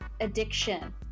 addiction